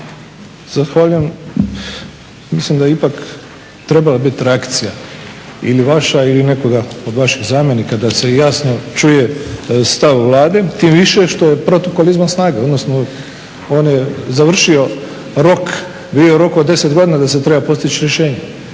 Zahvaljujem. Mislim da je ipak trebala biti reakcija ili vaša ili nekoga od vaših zamjenika da se jasno čuje stav Vlade, tim više što je protokol izvan snage, odnosno on je završio rok, bio je rok od 10 godina da se treba postići rješenje.